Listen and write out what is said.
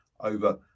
over